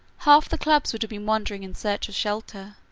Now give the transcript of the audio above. half the clubs would have been wandering in search of shelter.